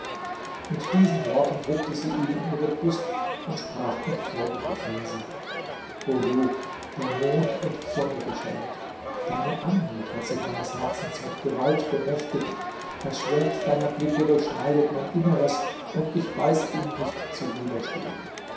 mit diesen worten drückte sie ihn an ihre brust und sprach noch folgende verse o du der mond und sonne beschämt deine anmut hat sich meines herzens mit gewalt bemächtigt das schwert deiner blicke durchschneidet mein inneres und ich weiß ihm nicht zu widerstehen